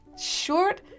short